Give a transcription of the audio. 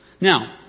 Now